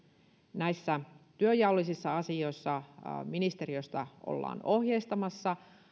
näissä työnjaollisissa asioissa ministeriöstä ollaan ohjeistamassa